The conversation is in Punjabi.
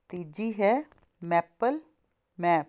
ਤੀਜੀ ਹੈ ਮੈਪਲ ਮੈਪ